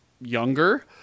younger